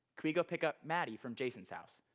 can we go pick up maddie from jason's house?